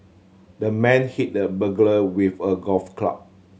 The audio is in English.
the man hit the burglar with a golf club